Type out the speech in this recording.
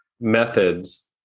methods